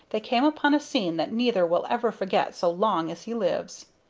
they came upon a scene that neither will ever forget so long as he lives.